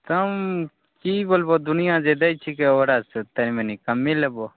कम की बोलबौ दुनिऑं जे दै छिकै ओकरासँ कनि कमे लेबौ